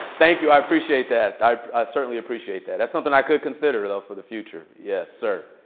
thank you. i appreciate that. i certainly appreciate that. that's something i could consider, though, for the future. yes, sir.